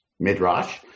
Midrash